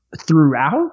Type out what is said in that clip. throughout